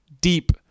Deep